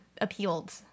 appealed